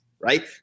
right